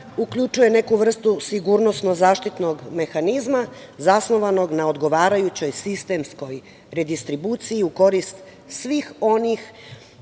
uključuje neku vrstu sigurno-zaštitnog mehanizma zasnovanog na odgovarajućoj sistemskoj redistribuciji u korist svih onih